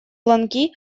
ланки